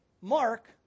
Mark